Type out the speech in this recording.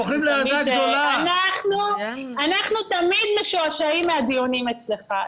אנחנו תמיד משועשעים מהדיונים אצלך,